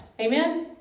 Amen